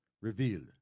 revealed